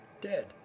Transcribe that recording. dead